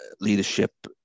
leadership